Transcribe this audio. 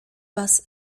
was